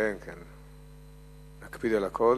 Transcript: כן, כן, נקפיד על הכול.